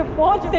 was